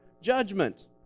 judgment